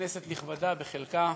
כנסת נכבדה, בחלקה,